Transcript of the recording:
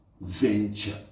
venture